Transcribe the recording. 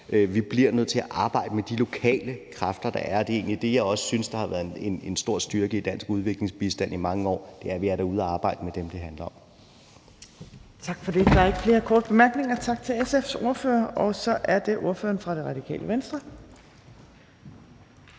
Vi bliver nødt til at arbejde med de lokale kræfter, der er. Det er egentlig det, jeg også synes har været en stor styrke i dansk udviklingsbistand i mange år: Det er, at vi er derude og arbejde med dem, det handler om. Kl. 15:35 Tredje næstformand (Trine Torp): Tak for det. Der er ikke flere korte bemærkninger. Tak til SF's ordfører. Og så er det ordføreren for Radikale Venstre.